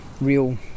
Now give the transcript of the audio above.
real